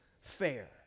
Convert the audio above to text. fair